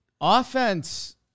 offense